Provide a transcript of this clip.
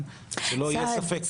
שלא יהיה ספק.